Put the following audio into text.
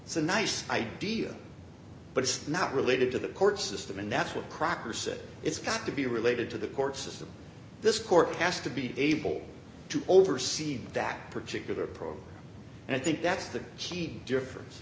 it's a nice idea but it's not related to the court system and that's what crocker said it's got to be related to the court system this court has to be able to oversee that particular program and i think that's the key difference